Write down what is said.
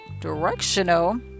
directional